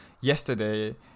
yesterday